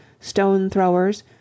stone-throwers